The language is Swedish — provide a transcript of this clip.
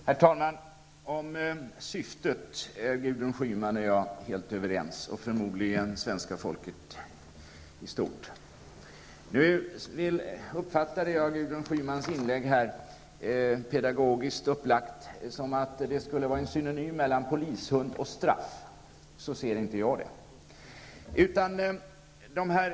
Herr talman! Om syftet är Gudrun Schyman och jag helt överens. Förmodligen gäller det också svenska folket i stort. Jag uppfattade Gudrun Schymans inlägg här, pedagogiskt upplagt som det var, så, att detta med polishund och straff skulle vara synonyma begrepp. Så ser jag inte på detta.